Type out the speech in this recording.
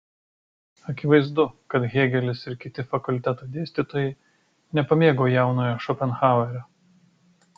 akivaizdu kad hėgelis ir kiti fakulteto dėstytojai nepamėgo jaunojo šopenhauerio